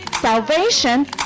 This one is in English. salvation